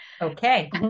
Okay